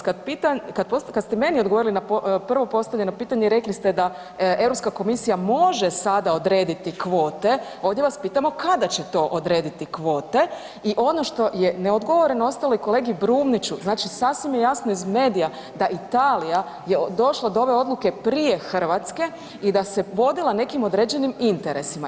Kad pita .../nerazumljivo/... kad ste meni odgovorili na prvo postavljeno pitanje, rekli ste da EU komisija može sada odrediti kvote, ovdje vas pitamo kada će to odrediti kvote i ono što je neodgovoreno ostalo i kolegi Brumniću, znači sasvim je jasno iz medija, da Italija je došla do ove odluke prije Hrvatske i da se vodila nekim određenim interesima.